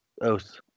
Oath